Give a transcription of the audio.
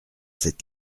cette